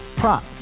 Prop